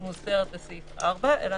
שמוסדרת בסעיף 4 אלא